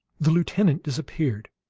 the lieutenant disappeared.